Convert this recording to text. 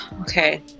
okay